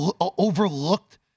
overlooked